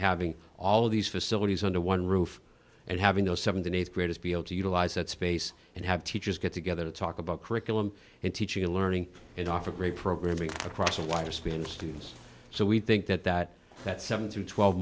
having all of these facilities under one roof and having the th and th graders be able to utilize that space and have teachers get together to talk about curriculum and teaching and learning and offer great programming across a wider span students so we think that that that seven through twelve